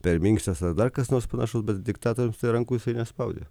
per minkštas ar dar kas nors panašaus bet diktatoriams tai rankų nespaudė